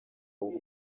w’u